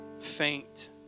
faint